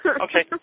Okay